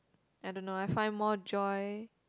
I don't know I find more joy